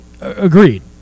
Agreed